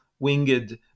winged